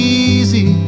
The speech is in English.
easy